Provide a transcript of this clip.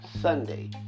Sunday